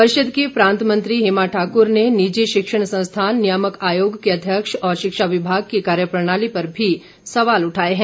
परिषद की प्रांत मंत्री हेमा ठाक्र ने निजी शिक्षण संस्थान नियामक आयोग के अध्यक्ष और शिक्षा विभाग की कार्य प्रणाली पर भी सवाल उठाए हैं